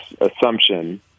assumption